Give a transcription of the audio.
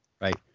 right